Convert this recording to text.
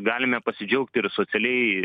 galime pasidžiaugti ir socialiai